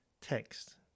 text